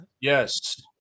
Yes